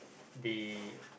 be